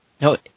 No